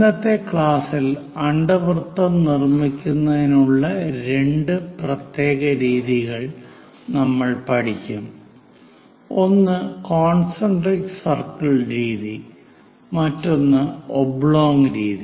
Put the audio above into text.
ഇന്നത്തെ ക്ലാസ്സിൽ അണ്ഡവൃത്തം നിർമ്മിക്കുന്നതിനുള്ള രണ്ട് പ്രത്യേക രീതികൾ നമ്മൾ പഠിക്കും ഒന്ന് കോൺസെൻട്രിക് സർക്കിൾ രീതി മറ്റൊന്ന് ഒബ്ലോങ് രീതി